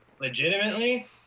legitimately